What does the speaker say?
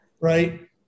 right